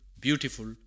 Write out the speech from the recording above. beautiful